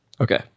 Okay